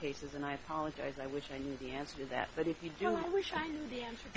cases and i apologize i wish i knew the answer to that but if you don't i wish i knew the answer